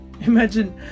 imagine